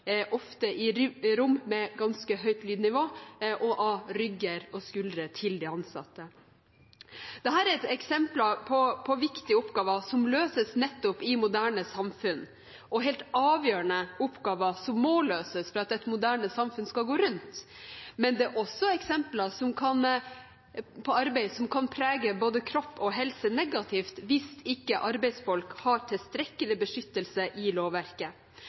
– ofte i rom med ganske høyt lydnivå – av rygger og skuldre til de ansatte. Dette er eksempler på viktige oppgaver som løses nettopp i moderne samfunn – og helt avgjørende oppgaver som må løses for at et moderne samfunn skal gå rundt. Men det er også eksempler på arbeid som kan prege både kropp og helse negativt – hvis arbeidsfolk ikke har tilstrekkelig beskyttelse i lovverket.